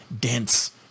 dense